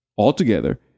altogether